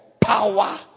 power